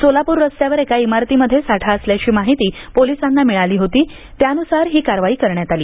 सोलापूर रस्त्यावर एका इमारतीमध्ये साठा असल्याची माहिती पोलिसांना मिळाली होती त्या नुसार ही कारवाई करण्यात आली